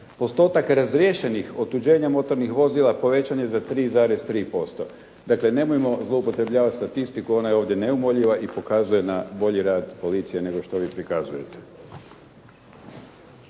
Postotak razriješenih otuđenja motornih vozila povećan je za 3,3%. Dakle, nemojmo zloupotrebljavat statistiku, ona je ovdje neumoljiva i pokazuje na bolji rad policije nego što vi prikazujete.